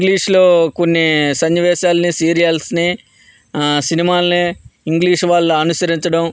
ఆ ఇంగ్లీషులో కొన్ని సన్నివేశాల్ని సీరియల్స్ని సినిమాలని ఇంగ్లీష్ వాళ్ళ అనుసరించడం